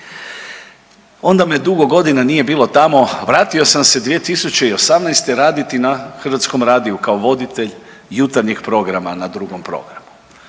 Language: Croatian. onda me dugo godina nije bilo tamo. Vratio sam se 2018. raditi na Hrvatskom radiju kao voditelj Jutarnjeg programa na 2. programu.